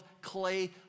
clay